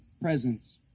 presence